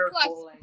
plus